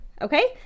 Okay